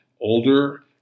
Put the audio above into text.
older